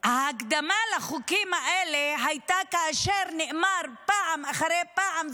ההקדמה לחוקים האלה הייתה כאשר נאמר פעם אחרי פעם,